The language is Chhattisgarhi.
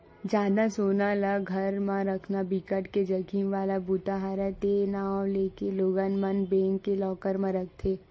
जादा सोना ल घर म राखना बिकट के जाखिम वाला बूता हरय ते नांव लेके लोगन मन बेंक के लॉकर म राखथे